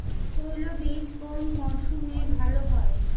তৈলবীজ কোন মরশুমে ভাল হয়?